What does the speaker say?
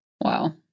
Wow